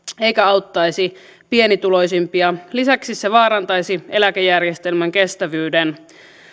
eikä auttaisi pienituloisimpia lisäksi se vaarantaisi eläkejärjestelmän kestävyyden